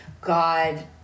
God